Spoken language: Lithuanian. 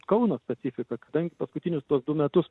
kauno specifika kadangi paskutinius tuos du metus